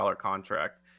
contract